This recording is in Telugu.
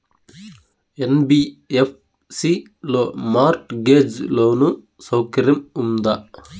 యన్.బి.యఫ్.సి లో మార్ట్ గేజ్ లోను సౌకర్యం ఉందా?